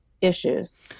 issues